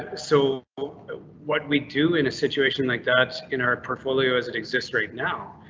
so what we do in a situation like that in our portfolio as it exists right now,